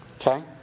Okay